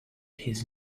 his